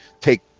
take